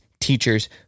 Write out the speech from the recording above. teachers